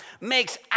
makes